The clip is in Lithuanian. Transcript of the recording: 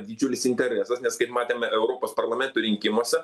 didžiulis interesas nes kaip matėme europos parlamento rinkimuose